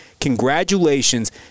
congratulations